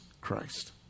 Christ